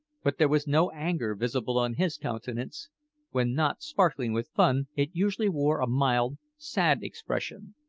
but there was no anger visible on his countenance when not sparkling with fun, it usually wore a mild, sad expression,